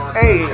hey